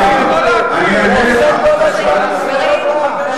את תהליך השלום לגמרי.